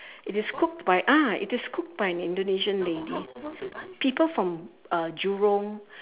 it is cooked by ah it is cooked by an Indonesian lady people from uh jurong